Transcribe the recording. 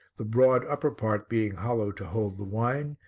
the broad upper part being hollow to hold the wine,